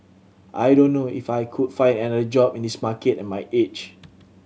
I don't know if I could find another job in this market at my age